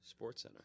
SportsCenter